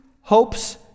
hopes